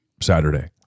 Saturday